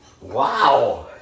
Wow